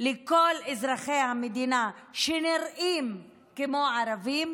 לכל אזרחי המדינה שנראים כמו ערבים,